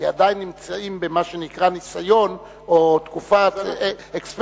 כי עדיין נמצאים במה שנקרא ניסיון או תקופת אקספרימנט.